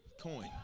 coin